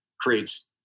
creates